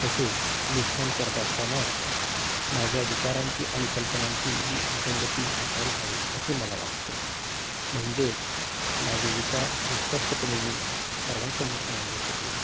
तसेच लिखाण करत असताना माझ्या विचारांची आणि कल्पनांची ही सुसंगती असायला हवी असे मला वाटते म्हणजेच माझे विचार हे स्पष्टपणे मी सर्वांसमोर मांडू शकेल